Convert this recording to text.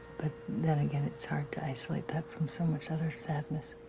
but, then again, it's hard to isolate that from so much other sadness.